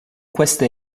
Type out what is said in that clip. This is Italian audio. queste